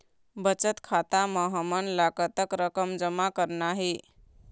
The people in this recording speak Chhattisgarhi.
बचत खाता म हमन ला कतक रकम जमा करना हे?